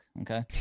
okay